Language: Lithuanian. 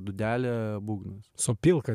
dūdelė būgnas sopylka